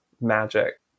magic